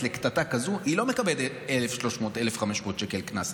קטטה כזו לא מקבלת 1,300 או 1,500 שקל קנס,